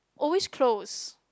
always close